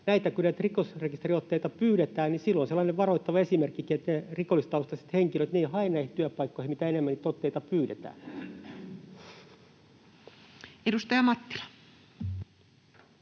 näitä rikosrekisteriotteita pyydetään, niin sillä on sellainen varoittava esimerkkikin, että ne rikollistaustaiset henkilöt eivät hae näihin työpaikkoihin, mitä enemmän niitä otteita pyydetään. Edustaja Mattila.